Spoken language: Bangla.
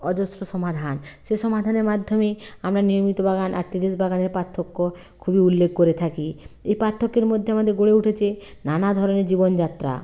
অজস্র সমাধান সেই সমাধানের মাধ্যমে আমরা নিয়মিত বাগান আর টেরেস বাগানের পার্থক্য খুবই উল্লেখ করে থাকি এই পার্থক্যের মধ্যে আমাদের গড়ে উঠেছে নানা ধরনের জীবনযাত্রা